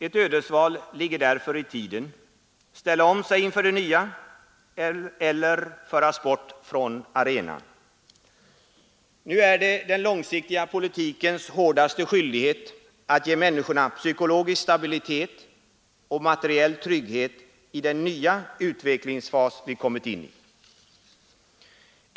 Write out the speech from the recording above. Ett ödesval ligger därför i tiden: att ställa om sig för det nya eller föras bort från arenan. Nu är det den långsiktiga politikens hårdaste skyldighet att ge människorna psykologisk stabilitet och materiell trygghet i den nya utvecklingsfas vi kommit in i.